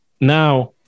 Now